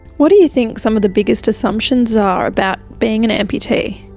what do you think some of the biggest assumptions are about being an amputee?